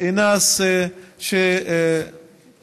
האמת היא שאני גם מודה לאשתי אינס,